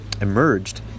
emerged